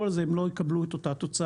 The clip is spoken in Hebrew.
על זה הם לא יקבלו את אותה תוצאה.